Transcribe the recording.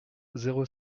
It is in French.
zéro